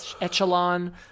echelon